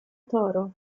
toro